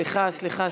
סליחה, סליחה,